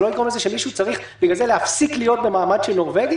שזה לא יגרום לזה שמישהו צריך בגלל זה להפסיק להיות במעמד של נורבגי.